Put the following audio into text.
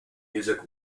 music